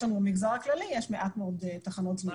לנו במגזר הכללי יש מעט מאוד תחנות זמינות.